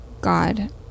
God